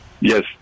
Yes